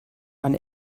eine